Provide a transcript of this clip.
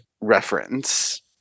reference